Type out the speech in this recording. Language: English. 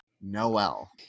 Noel